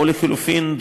או לחלופין,